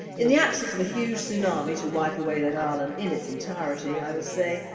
in the absence of a huge tsunami to wipe away that island in its entirety i would say,